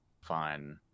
fine